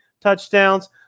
touchdowns